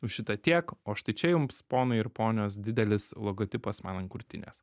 už šitą tiek o štai čia jums ponai ir ponios didelis logotipas man ant krūtinės